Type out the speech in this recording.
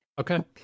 Okay